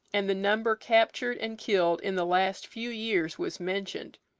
and the number captured and killed in the last few years was mentioned.